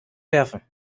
werfen